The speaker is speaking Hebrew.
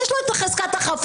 יש לו את חזקת החפות,